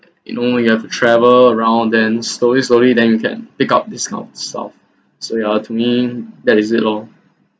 you know you have to travel around then slowly slowly then you can pick up this kind of stuff so yeah to me that is it lor